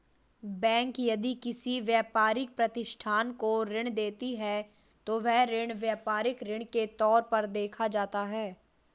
bank यदि किसी व्यापारिक प्रतिष्ठान को ऋण देती है तो वह ऋण व्यापारिक ऋण के तौर पर देखा जाता है